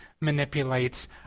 manipulates